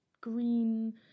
green